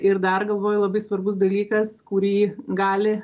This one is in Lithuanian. ir dar galvoj labai svarbus dalykas kurį gali